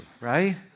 right